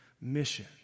mission